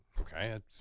Okay